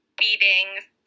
beatings